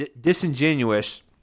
disingenuous